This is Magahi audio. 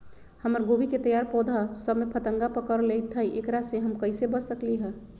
हमर गोभी के तैयार पौधा सब में फतंगा पकड़ लेई थई एकरा से हम कईसे बच सकली है?